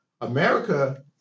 America